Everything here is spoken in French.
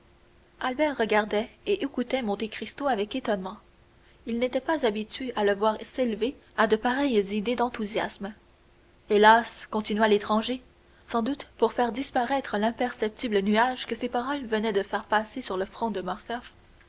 albert regardait et écoutait monte cristo avec étonnement il n'était pas habitué à le voir s'élever à de pareilles idées d'enthousiasme hélas continua l'étranger sans doute pour faire disparaître l'imperceptible nuage que ces paroles venaient de faire passer sur le front de morcerf